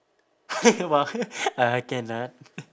!wah! uh cannot